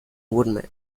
woodman